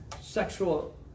sexual